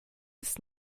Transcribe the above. ist